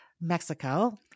Mexico